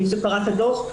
למי שקרא את הדוח.